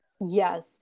Yes